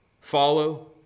Follow